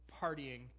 Partying